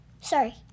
Sorry